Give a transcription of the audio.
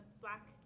black